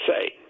say